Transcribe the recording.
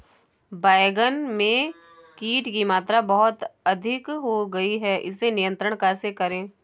बैगन में कीट की मात्रा बहुत अधिक हो गई है इसे नियंत्रण कैसे करें?